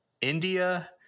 India